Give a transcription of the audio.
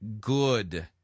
good